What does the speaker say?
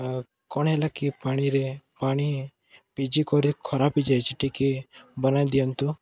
କ'ଣ ହେଲା କିି ପାଣିରେ ପାଣି ଭିଜି କରି ଖରାପ ହେଇଯାଇଛି ଟିକେ ବନାଇ ଦିଅନ୍ତୁ